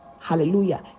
hallelujah